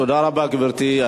תודה רבה, גברתי.